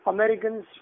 Americans